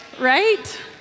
right